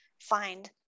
find